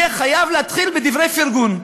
יהיה חייב להתחיל בדברי פרגון.